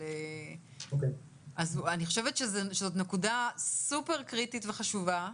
אני חושבת שזו נקודה סופר קריטית וחשובה.